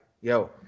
Yo